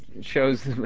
shows